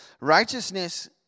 Righteousness